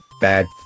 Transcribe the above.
bad